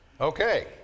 Okay